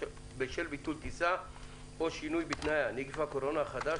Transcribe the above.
בשל ביטול טיסה או שינוי בתנאיה) (נגיף הקורונה החדש,